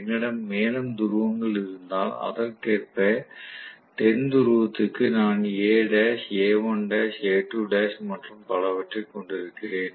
என்னிடம் மேலும் துருவங்கள் இருந்தால் அதற்கேற்ப தென் துருவத்திற்கு நான் A' A'1 A'2 மற்றும் பலவற்றைக் கொண்டிருக்கிறேன்